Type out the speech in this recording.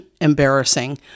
embarrassing